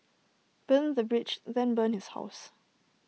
burn the bridge then burn his house